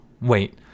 wait